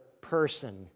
person